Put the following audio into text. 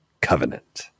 Covenant